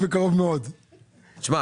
צריכה